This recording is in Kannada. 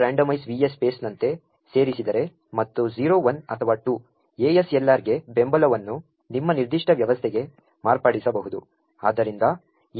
randomize va space ನಂತೆ ಸೇರಿಸಿದರೆ ಮತ್ತು 0 1 ಅಥವಾ 2 ASLR ಗೆ ಬೆಂಬಲವನ್ನು ನಿಮ್ಮ ನಿರ್ದಿಷ್ಟ ವ್ಯವಸ್ಥೆಗೆ ಮಾರ್ಪಡಿಸಬಹುದು